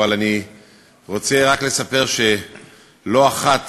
אבל אני רוצה רק לספר שלא אחת